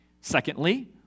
Secondly